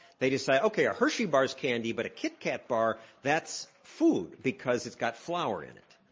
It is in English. they decide, okay, a hershey bar is candy, but a kit kat bar, that's food because it's got flower in it.